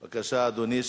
בבקשה, אדוני.